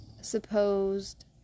supposed